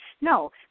No